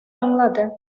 аңлады